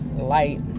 light